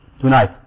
tonight